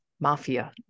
mafia